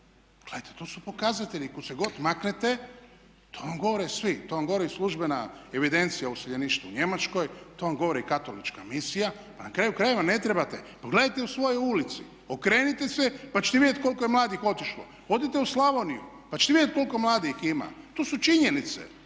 gledajte to su pokazatelji kud se god maknete to vam govore svi. To vam govori službena evidencija o iseljeništvu u Njemačkoj, to vam govore i Katolička misija. Pa na kraju krajeva ne trebate pogledajte u svojoj ulici, okrenite se pa ćete vidjeti koliko je mladih otišlo. Odite u Slavoniju pa ćete vidjeti koliko mladih ima. To su činjenice